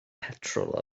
petrol